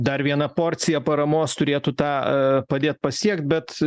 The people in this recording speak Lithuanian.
dar viena porcija paramos turėtų tą padėt pasiekt bet